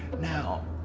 Now